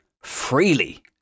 freely